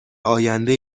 آینده